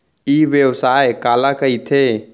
ई व्यवसाय काला कहिथे?